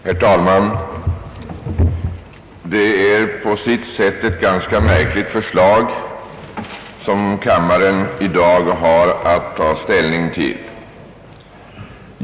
Herr talman! Det är på sitt sätt ett ganska märkligt förslag som kammaren i dag har att ta ställning till.